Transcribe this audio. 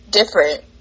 different